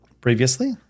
Previously